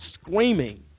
screaming